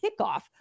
kickoff